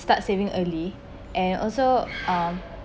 start saving early and also um